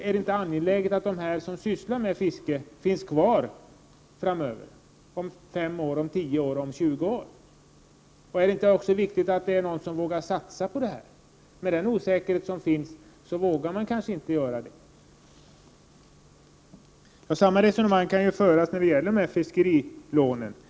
Är det inte angeläget att de som sysslar med fiske finns kvar om 5, 10, 20 år? Är det inte viktigt att någon vågar satsa på detta? Med den osäkerhet som finns kanske man inte vågar göra det. Samma resonemang kan föras även när det gäller fiskerilånen.